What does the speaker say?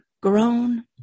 grown